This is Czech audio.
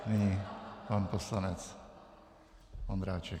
Nyní pan poslanec Ondráček.